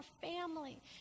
family